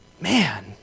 Man